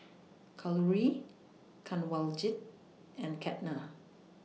Kalluri Kanwaljit and Ketna